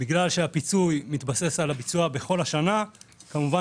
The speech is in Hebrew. בגלל שהפיצוי מתבסס על הביצוע בכל השנה כמובן